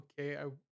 okay